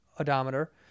odometer